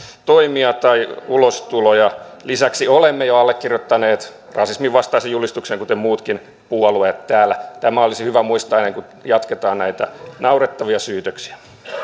toimia tai ulostuloja lisäksi olemme jo allekirjoittaneet rasisminvastaisen julistuksen kuten muutkin puolueet täällä tämä olisi hyvä muistaa ennen kuin jatketaan näitä naurettavia syytöksiä